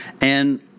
And-